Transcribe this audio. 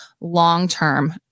long-term